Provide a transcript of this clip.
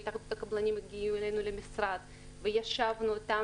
והתאחדות הקבלנים הגיעו אלינו למשרד וישבנו איתם